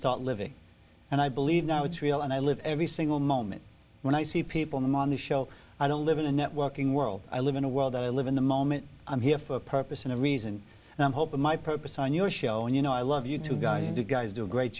start living and i believe now it's real and i live every single moment when i see people more on the show i don't live in a networking world i live in a world i live in the moment i'm here for a purpose and a reason and i hope my purpose on your show and you know i love you to god you guys do a great